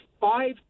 five